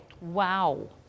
wow